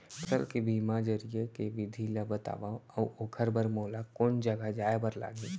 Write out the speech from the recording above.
फसल के बीमा जरिए के विधि ला बतावव अऊ ओखर बर मोला कोन जगह जाए बर लागही?